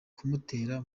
kumutera